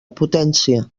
potència